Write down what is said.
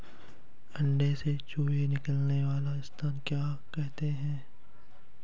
अंडों से चूजे निकलने वाले स्थान को क्या कहते हैं?